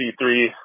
C3